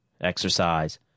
Exercise